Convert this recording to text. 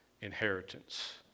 inheritance